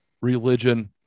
religion